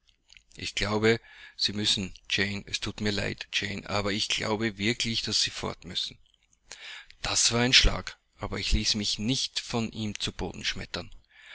ich glaube sie müssen jane es thut mir leid jane aber ich glaube wirklich daß sie fort müssen das war ein schlag aber ich ließ mich nicht von ihm zu boden schmettern